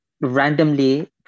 randomly